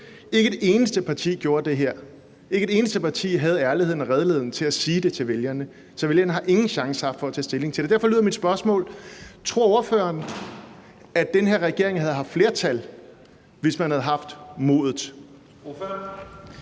Ikke et eneste parti gjorde det her, ikke et eneste parti havde ærligheden og redeligheden til at sige det til vælgerne, så vælgerne har ingen chance haft for at tage stilling til det. Derfor lyder mit spørgsmål: Tror ordføreren, at den her regering havde haft flertal, hvis man havde haft modet?